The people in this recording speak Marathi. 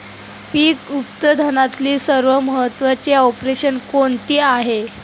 पीक उत्पादनातील सर्वात महत्त्वाचे ऑपरेशन कोणते आहे?